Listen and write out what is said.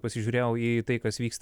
pasižiūrėjau į tai kas vyksta